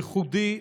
ייחודי,